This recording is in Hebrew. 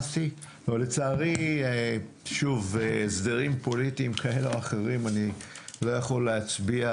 לצערי שוב בגלל הסדרים פוליטיים כאלה או אחרים אני לא יכול להצביע